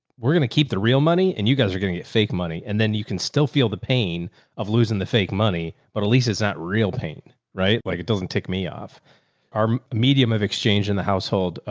we're going to keep the real money. and you guys are going to get fake money and then you can still feel the pain of losing the fake money. but at least it's not real pain, right? like it doesn't take me off our medium of exchange in the household. ah,